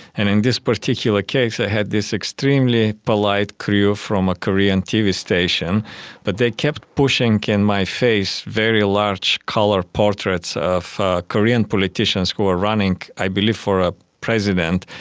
and in this particular case i had this extremely polite crew from a korean tv station but they kept pushing in my face very large colour portraits of korean politicians who were running i believe for ah president,